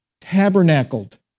tabernacled